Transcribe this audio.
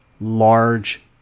large